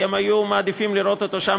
כי הם היו מעדיפים לראות אותו שם,